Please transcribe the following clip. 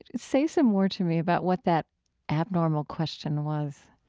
say some more to me about what that abnormal question was